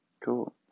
cool